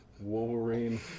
Wolverine